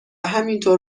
همینطور